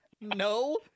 no